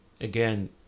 again